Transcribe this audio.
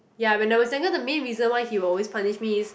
ya when I was younger the main reason why he will always punish me is